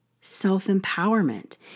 self-empowerment